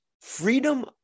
freedom